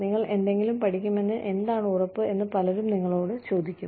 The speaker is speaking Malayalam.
നിങ്ങൾ എന്തെങ്കിലും പഠിക്കുമെന്ന് എന്താണ് ഉറപ്പ് എന്ന് പലരും നിങ്ങളോട് ചോദിക്കും